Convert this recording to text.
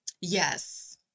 Yes